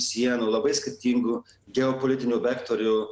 sienų labai skirtingų geopolitinių vektorių